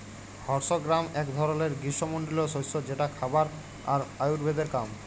horse gram এক ধরলের গ্রীস্মমন্ডলীয় শস্য যেটা খাবার আর আয়ুর্বেদের কাম